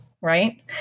right